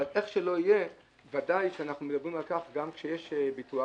אבל איך שלא יהיה ודאי שאנחנו מדברים על כך גם כשיש ביטוח,